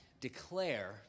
declare